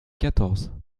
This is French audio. quatorze